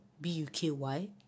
B-U-K-Y